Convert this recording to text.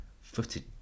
footage